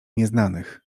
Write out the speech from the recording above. nieznanych